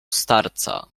starca